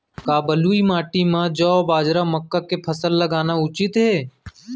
का बलुई माटी म जौ, बाजरा, मक्का के फसल लगाना उचित हे?